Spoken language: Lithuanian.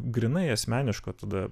grynai asmeniško tada